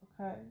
Okay